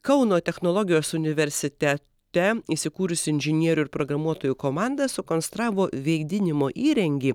kauno technologijos universitete įsikūrusi inžinierių ir programuotojų komanda sukonstravo vėdinimo įrengį